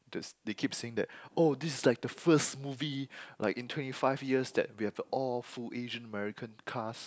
just they keep saying that oh this is like the first movie like in twenty five years that we have all full Asian American cast